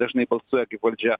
dažnai balsuoja kaip valdžia